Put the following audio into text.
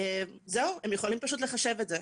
הם יכולים לחשב את זה.